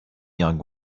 young